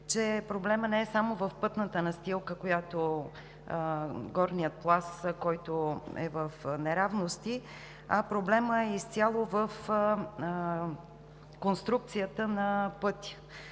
че проблемът не е само в пътната настилка – горния пласт, който е в неравности, а проблемът е изцяло в конструкцията на пътя.